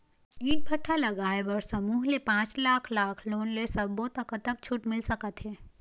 ईंट भट्ठा लगाए बर समूह ले पांच लाख लाख़ लोन ले सब्बो ता कतक छूट मिल सका थे?